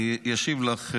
אני אשיב לך,